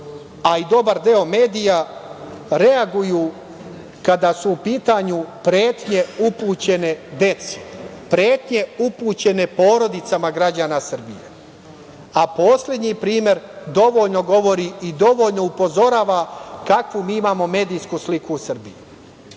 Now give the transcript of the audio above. a i dobar deo medija, reaguju kada su u pitanju pretnje upućene deci, pretnje upućene porodicama građana Srbije, a poslednji primer dovoljno govori i dovoljno upozorava kakvu mi imamo medijsku sliku o Srbiji.